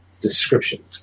description